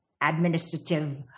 administrative